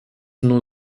nur